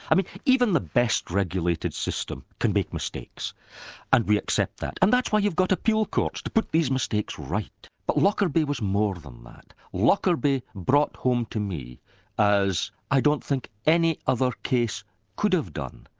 i mean even the best-regulated system can make mistakes and we accept that, and that's why you've got appeal courts, to put these mistakes right. but lockerbie was more than that. lockerbie brought home to me as i don't think any other case could have done,